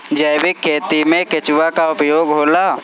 जैविक खेती मे केचुआ का उपयोग होला?